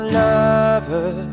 lover